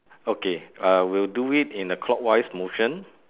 okay err we'll do it in a clockwise motion